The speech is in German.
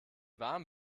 warm